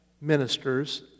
ministers